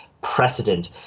precedent